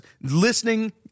listening